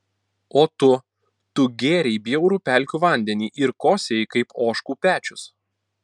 o tu tu gėrei bjaurų pelkių vandenį ir kosėjai kaip ožkų pečius